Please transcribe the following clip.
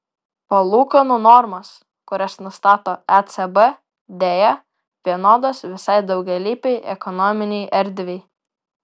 palūkanų normos kurias nustato ecb deja vienodos visai daugialypei ekonominei erdvei